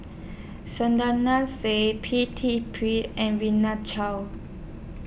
Said P T Pritt and Rina Chao